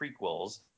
prequels